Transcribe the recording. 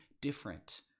different